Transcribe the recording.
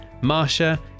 Marsha